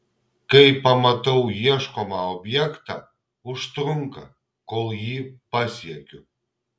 kai pamatau ieškomą objektą užtrunka kol jį pasiekiu